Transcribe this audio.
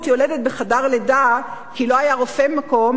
יולדת בחדר לידה כי לא היה רופא במקום,